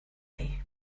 chi